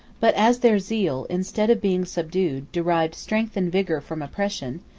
but, as their zeal, instead of being subdued, derived strength and vigor from oppression,